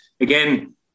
again